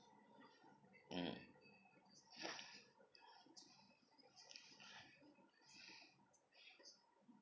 mm